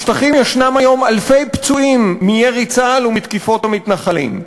בשטחים יש היום אלפי פצועים מירי צה"ל ומתקיפות המתנחלים.